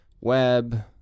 web